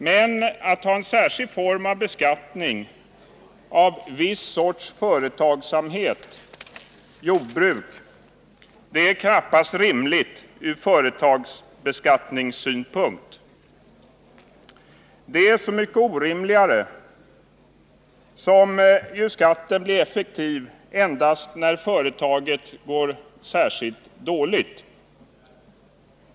Men att ha en särskild form av beskattning av viss sorts företagsamhet — jordbruk — är knappast rimligt ur företagsbeskattningssynpunkt. Det är så mycket orimligare som ju skatten blir effektiv endast när företaget går särskilt dåligt.